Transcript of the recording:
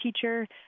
teacher